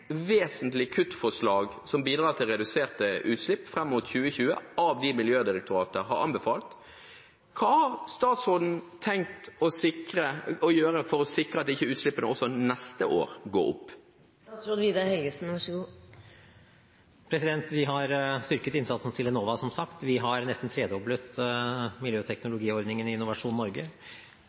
vesentlig kuttforslag som bidrar til reduserte utslipp fram mot 2020 av dem Miljødirektoratet har anbefalt, så hva har statsråden tenkt å gjøre for å sikre at ikke utslippene også neste år går opp? Vi har styrket innsatsen til Enova, som sagt. Vi har nesten tredoblet miljøteknologiordningen i Innovasjon Norge.